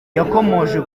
yakomoje